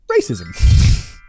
racism